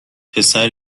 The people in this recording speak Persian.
پسر